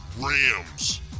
Rams